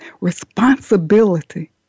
responsibility